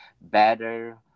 better